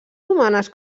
humanes